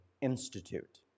Institute